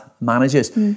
managers